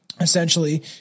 essentially